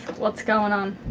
what's going on?